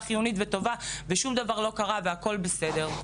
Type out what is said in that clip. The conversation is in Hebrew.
חיונית ובריאה ושום דבר לא קרה והכול בסדר.